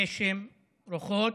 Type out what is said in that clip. גשם, רוחות,